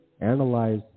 Analyze